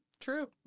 True